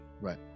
Right